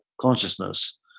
consciousness